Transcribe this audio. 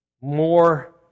More